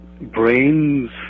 brains